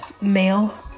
male